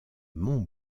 mont